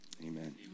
Amen